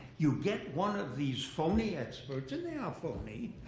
you get one of these phony experts. and they are phony,